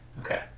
Okay